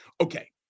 Okay